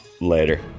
Later